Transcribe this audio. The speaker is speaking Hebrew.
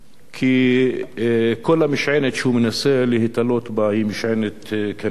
כי כל המשענת שהוא מנסה להיתלות בה בעולם הערבי היא משענת קנה רצוץ,